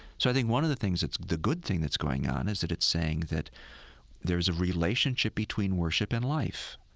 so i think one of the things that's the good thing that's going on is that it's saying that there's a relationship between worship and life,